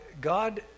God